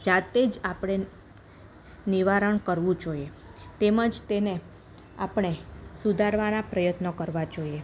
જાતે જ આપણે નિવારણ કરવું જોઈએ તેમજ તેને આપણે સુધારવાના પ્રયત્નો કરવાં જોઈએ